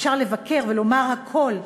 אפשר לבקר ולומר הכול,